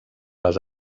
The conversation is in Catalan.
les